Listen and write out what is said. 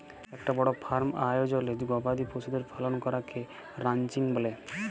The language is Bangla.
একটা বড় ফার্ম আয়জলে গবাদি পশুদের পালন করাকে রানচিং ব্যলে